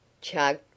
Chug